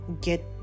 get